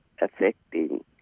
affecting